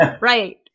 right